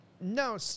No